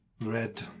red